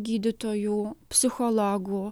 gydytojų psichologų